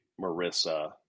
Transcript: Marissa